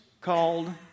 called